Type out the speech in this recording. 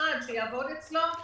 אחד שיעבוד אצלו.